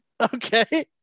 okay